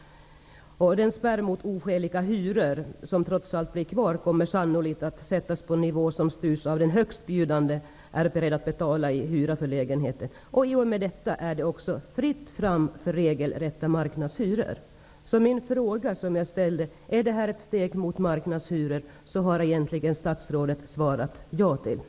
Den spärr mot oskäliga hyror som trots allt blir kvar, kommer sannolikt att styras av hur mycket den högstbjudande är beredd att betala i hyra för lägenheten. I och med detta är det också fritt fram för regelrätta marknadshyror. Jag ställde frågan om det här är ett steg mot marknadshyror. Statsrådet har egentligen redan svarat ja på den frågan.